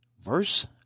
Verse